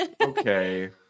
Okay